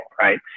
right